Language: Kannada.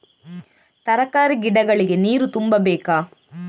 ತರಕಾರಿ ಗಿಡಗಳಿಗೆ ನೀರು ತುಂಬಬೇಕಾ?